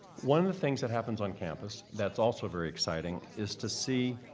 one of the things that happens on campus that's also very exciting is to see